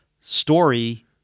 story